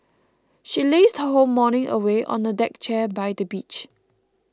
she lazed her whole morning away on a deck chair by the beach